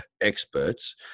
experts